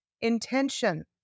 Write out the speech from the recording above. intention